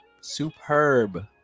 superb